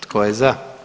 Tko je za?